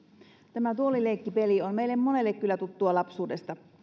tämä tuolileikkipeli on meille monelle kyllä tuttua lapsuudesta